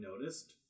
noticed